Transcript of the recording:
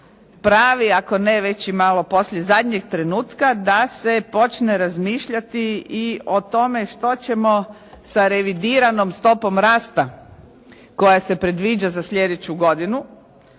pravi ako ne već i malo poslije zadnjeg trenutka, da se počne razmišljati i o tome što ćemo sa revidiranom stopom rasta koja se predviđa za sljedeću godinu